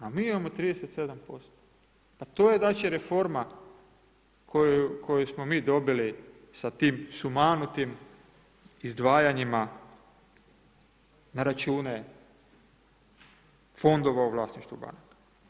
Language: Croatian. A mi imamo 37%, pa to je znači reforma koju smo mi dobili sa tim sumanutim izdvajanjima na račune fondova u vlasništvu banke.